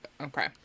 Okay